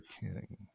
King